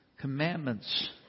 commandments